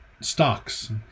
stocks